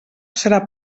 serà